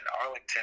Arlington